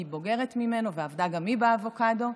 היא בוגרת ממנו ועבדה גם היא באבוקדו,